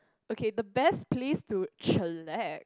okay the best place to chillax